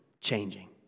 changing